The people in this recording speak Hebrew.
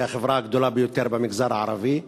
היא החברה הגדולה ביותר במגזר הערבי.